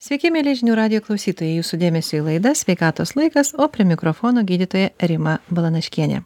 sveiki mieli žinių radijo klausytojai jūsų dėmesiui laida sveikatos laikas o prie mikrofono gydytoja rima balanaškienė